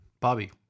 Bobby